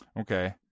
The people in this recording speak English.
okay